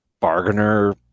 bargainer